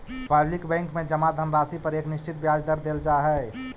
public bank में जमा धनराशि पर एक निश्चित ब्याज दर देल जा हइ